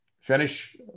finish